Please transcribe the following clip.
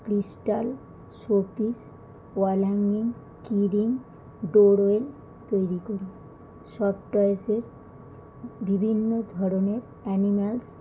crystal show piece wall hanging key ring doorbell তৈরি করি soft টয়েসের বিভিন্ন ধরনের অ্যানিম্যালস